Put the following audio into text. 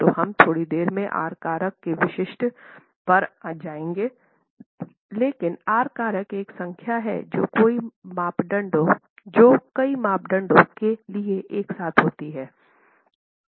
तो हम थोड़ी देर में आर कारक के विशिष्ट पर आ जाएंगे लेकिन आर कारक एक संख्या है जो कई मापदंडों के लिए एक साथ होती है